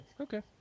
Okay